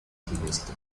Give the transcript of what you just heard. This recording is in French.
diversité